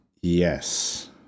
Yes